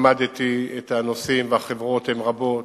למדתי את הנושאים, והחברות הן רבות